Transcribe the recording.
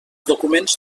documents